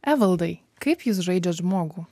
evaldai kaip jūs žaidžiat žmogų